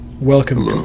Welcome